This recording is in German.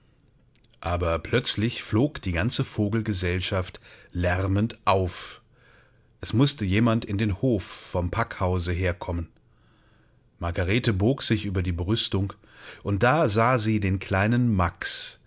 aber plötzlich flog die ganze vogelgesellschaft lärmend auf es mußte jemand in dem hof vom packhause herkommen margarete bog sich über die brüstung und da sah sie den kleinen max